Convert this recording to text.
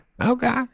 Okay